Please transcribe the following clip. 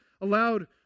allowed